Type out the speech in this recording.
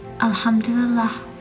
Alhamdulillah